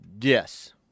Yes